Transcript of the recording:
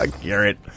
Garrett